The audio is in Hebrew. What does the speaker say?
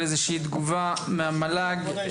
איזושהי תגובה מהמל"ג --- כבוד היושב ראש,